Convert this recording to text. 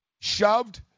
shoved